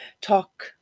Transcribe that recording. talk